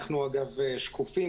אנחנו שקופים,